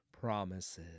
promises